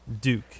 Duke